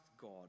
God